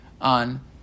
on